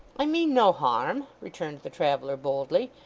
i mean no harm' returned the traveller boldly,